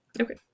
Okay